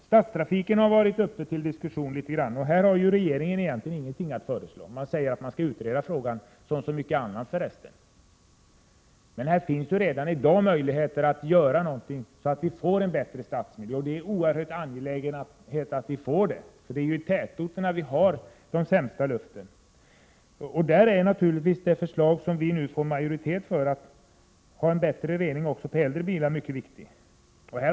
Stadstrafiken har diskuterats något här. I detta avseende har regeringen egentligen inte något förslag. Man säger bara att man skall utreda frågan — det är, för resten, bara en av många frågor som skall utredas. Det finns i dag möjligheter att åstadkomma en bättre stadsmiljö, och det är oerhört angeläget att åtgärder vidtas. Det är ju tätorterna som har den sämsta luften. Vårt förslag, som majoriteten stöder — och som gäller bättre rening även för äldre bilar — är mycket viktigt i detta sammanhang.